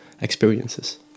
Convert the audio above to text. experiences